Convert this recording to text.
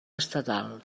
estatal